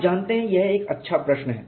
आप जानते हैं यह एक अच्छा प्रश्न है